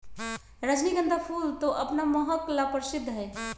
रजनीगंधा फूल तो अपन महक ला प्रसिद्ध हई